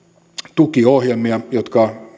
tukiohjelmia jotka